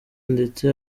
ndetse